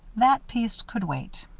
that piece could wait.